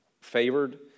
favored